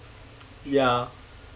ya